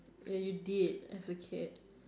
that you did as a kid